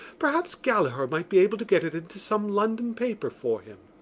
perhaps gallaher might be able to get it into some london paper for him.